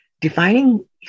Defining